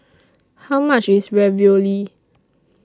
How much IS Ravioli